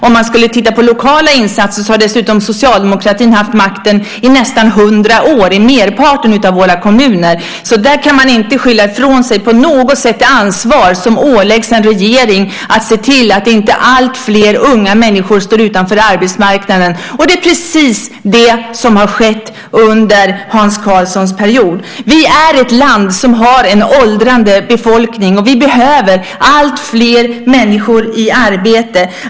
Om man skulle titta på lokala insatser har socialdemokratin dessutom haft makten i nästan 100 år i merparten av våra kommuner, så där kan man inte på något sätt skylla ifrån sig det ansvar som åläggs en regering att se till att inte alltfler unga människor står utanför arbetsmarknaden. Det är precis det som har skett under Hans Karlssons period. Vi är ett land som har en åldrande befolkning, och vi behöver alltfler människor i arbete.